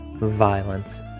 violence